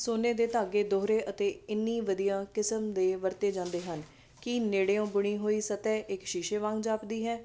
ਸੋਨੇ ਦੇ ਧਾਗੇ ਦੋਹਰੇ ਅਤੇ ਇੰਨੀ ਵਧੀਆ ਕਿਸਮ ਦੇ ਵਰਤੇ ਜਾਂਦੇ ਹਨ ਕਿ ਨੇੜਿਓਂ ਬੁਣੀ ਹੋਈ ਸਤਹ ਇੱਕ ਸ਼ੀਸ਼ੇ ਵਾਂਗ ਜਾਪਦੀ ਹੈ